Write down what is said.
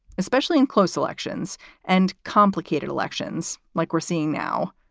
especially in close elections and complicated elections like we're seeing now.